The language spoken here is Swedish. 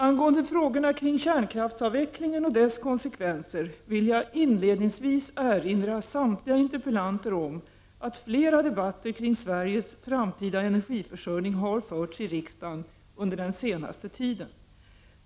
Angående frågorna kring kärnkraftsavvecklingen och dess konsekvenser vill jag inledningsvis erinra samtliga interpellanter om att flera debatter kring Sveriges framtida energiförsörjning har förts i riksdagen under den senaste tiden.